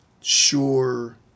sure